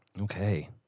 Okay